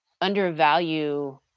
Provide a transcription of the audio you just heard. undervalue